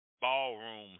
ballroom